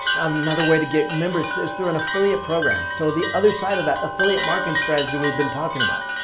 another way to get members is through an affiliate program, so the other side of the affiliate marketing strategies we've been talking about.